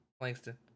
Langston